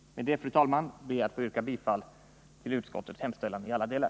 Med detta, fru talman, ber jag att få yrka bifall till utskottets hemställan i alla delar.